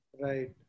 Right